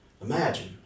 Imagine